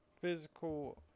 Physical